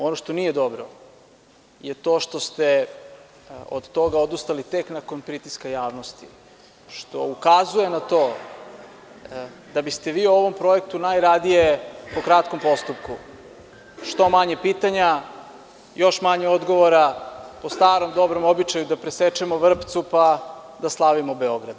Ono što nije dobro je to što ste od toga odustali tek nakon pritiska javnosti, što ukazuje na to da biste vi o ovom projektu najradije po kratkom postupku - što manje pitanja, još manje odgovora, po starom dobrom običaju da presečemo vrpcu, pa da slavimo Beograd.